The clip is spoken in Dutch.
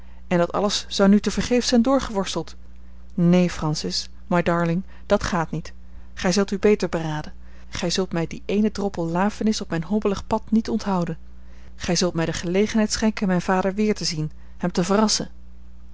en dat alles zou nu tevergeefs zijn doorgeworsteld neen francis my darling dat gaat niet gij zult u beter beraden gij zult mij dien eenen droppel lafenis op mijn hobbelig pad niet onthouden gij zult mij de gelegenheid schenken mijn vader weer te zien hem te verrassen